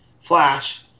Flash